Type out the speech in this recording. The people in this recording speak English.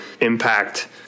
impact